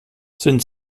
sind